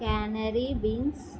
canary beans